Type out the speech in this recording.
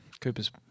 Cooper's